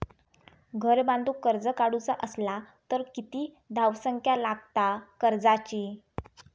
घर बांधूक कर्ज काढूचा असला तर किती धावसंख्या लागता कर्जाची?